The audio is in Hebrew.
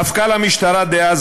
מפכ"ל המשטרה דאז,